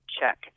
check